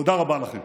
תודה רבה לכם.